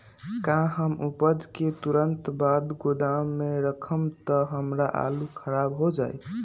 का हम उपज के तुरंत बाद गोदाम में रखम त हमार आलू खराब हो जाइ?